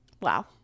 Wow